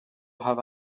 have